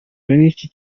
n’iki